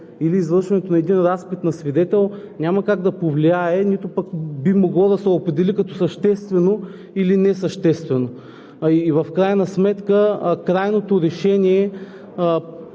или извършването на един разпит на свидетел няма как да повлияе, нито пък би могло да се определи като съществено или несъществено. А и в крайна сметка крайното решение